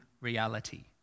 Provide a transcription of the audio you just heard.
reality